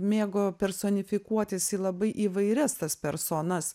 mėgo personifikuotis į labai įvairias tas personas